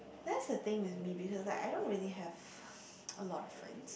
that's the thing with me because like I don't really have a lot of friends